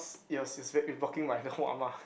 yours it's very it's blocking my the whole ah ma